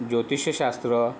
ज्योतिषशास्त्र